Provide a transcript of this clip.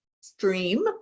stream